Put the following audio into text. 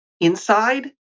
inside